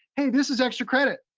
hey, this is extra credit.